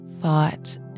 thought